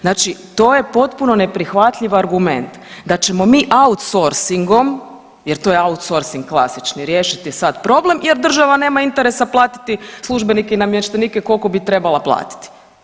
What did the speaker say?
Znači to je potpuno neprihvatljiv argument, da ćemo mi outsorcingom, jer to je outsourscing klasični, riješiti sad problem jer država nema interesa platiti službenike i namještenike koliko bi trebala platiti.